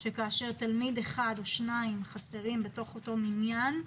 כך שכאשר תלמיד אחד או שניים חסרים בתוך אתו מניין,